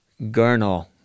Gurnall